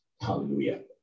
Hallelujah